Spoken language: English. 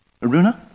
Aruna